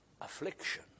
Affliction